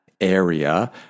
area